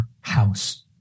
house